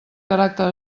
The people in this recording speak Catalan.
caràcter